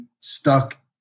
stuck